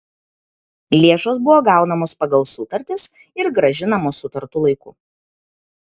lėšos buvo gaunamos pagal sutartis ir grąžinamos sutartu laiku